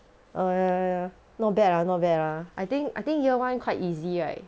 ya ya ya not bad ah no bad ah I think I think year one quite easy right